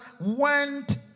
went